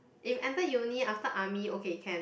if enter uni after army okay can